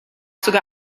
sogar